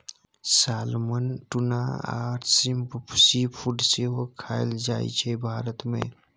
salmon, tuna आ shrimp seafood सेहो खाएल जाइ छै भारत मे